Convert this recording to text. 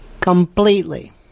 completely